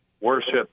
worship